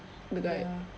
ya